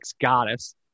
goddess